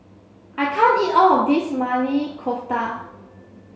I can't eat all of this Maili Kofta